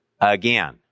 again